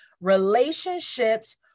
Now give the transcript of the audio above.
relationships